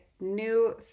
new